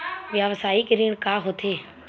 व्यवसायिक ऋण का होथे?